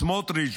סמוטריץ',